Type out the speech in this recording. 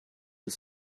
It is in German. ist